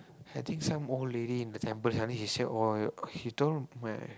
I think some old lady in the temple suddenly she say oh he told my